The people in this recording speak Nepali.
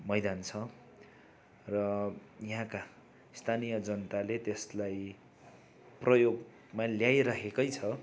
मैदान छ र यहाँका स्थानीय जनताले त्यसलाई प्रयोगमा ल्याइराखेकै छ